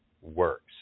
works